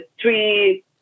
three